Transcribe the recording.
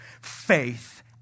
Faith